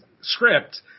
script